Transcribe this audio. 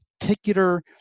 particular